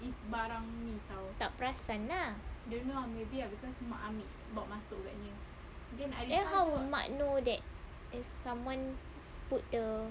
tak perasan ah then how would mak know that is someone put the